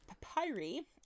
papyri